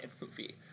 movie